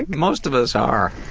most of us are.